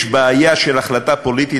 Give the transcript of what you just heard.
יש בעיה של החלטה פוליטית,